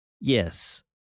Yes